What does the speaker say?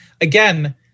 again